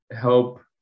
help